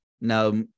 Now